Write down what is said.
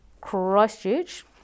Christchurch